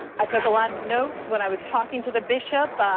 i took a lot of notes when i was talking to the bishop.